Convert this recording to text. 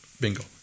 bingo